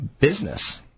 business